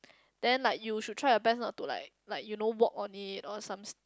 then like you should try your best not to like like you know walk on it or some s~